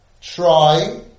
Try